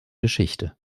geschichte